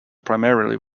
primarily